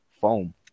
foam